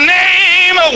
name